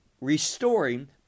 restoring